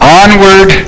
onward